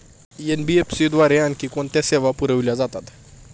NBFC द्वारे आणखी कोणत्या सेवा पुरविल्या जातात?